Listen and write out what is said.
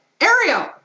Ariel